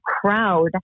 crowd